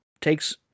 takes